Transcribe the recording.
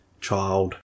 child